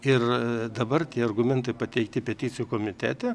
ir dabar tie argumentai pateikti peticijų komitete